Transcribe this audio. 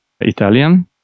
Italian